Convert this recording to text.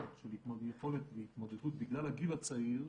של יכולת להתמודדות בגלל הגיל הצעיר,